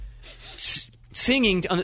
Singing